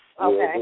Okay